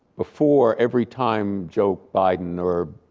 before every time joe biden or